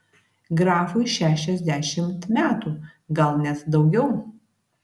grafui šešiasdešimt metų gal net daugiau